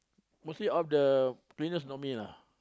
mostly all the printers know me lah